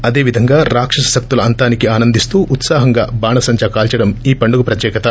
అదే విధంగా రాక్షస శక్తుల అంతానికి ఆనందిస్తూ ఉత్సాహంగా బాణాసంజా కాల్సడం ఈ పండుగ ప్రత్యేకత